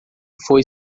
foi